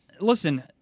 Listen